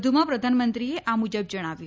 વધુમાં પ્રધાનમંત્રીએ આ મુજબ જણાવ્યું